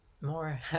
more